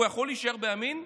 הוא יכול להישאר בימין?